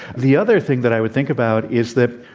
the other thing that i would think about is that,